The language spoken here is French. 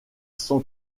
sont